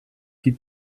die